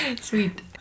Sweet